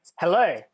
Hello